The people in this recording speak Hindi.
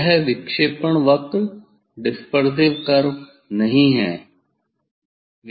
यह विक्षेपण वक्र डिसपेरसिव कर्व नहीं है